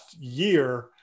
year